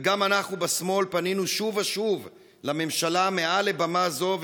וגם אנחנו בשמאל פנינו שוב ושוב לממשלה מעל לבמה זו,